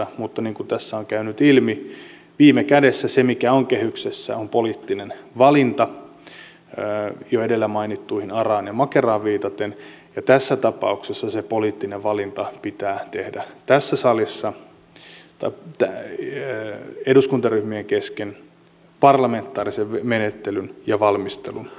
mutta niin kuin tässä on käynyt ilmi viime kädessä se mikä on kehyksessä on poliittinen valinta jo edellä mainittuihin araan ja makeraan viitaten ja tässä tapauksessa se poliittinen valinta pitää tehdä tässä salissa eduskuntaryhmien kesken parlamentaarisen menettelyn ja valmistelun pohjalta